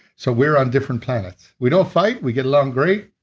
so we're on different planets. we don't fight. we get along great.